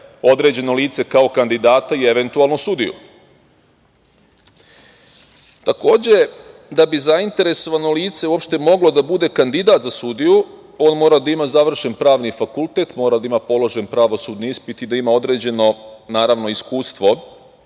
određeno lice kao kandidata i eventualno sudiju. Takođe, da bi zainteresovano lice uopšte moglo da bude kandidat za sudiju, ono mora da ima završen Pravni fakultet, mora da ima položen pravosudni ispit i da ima određeno, naravno, iskustvo,